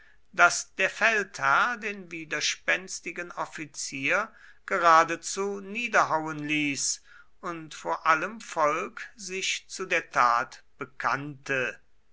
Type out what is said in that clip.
daß der feldherr den widerspenstigen offizier geradezu niederhauen ließ und vor allem volk sich zu der tat bekannte